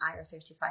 IR35